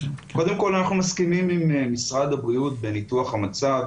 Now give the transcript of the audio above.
קודם כל אנחנו מסכימים עם משרד הבריאות בניתוח המצב,